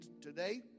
today